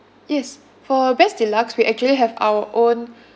yes for best deluxe we actually have our own